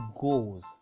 goals